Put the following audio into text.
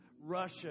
Russia